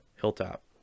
hilltop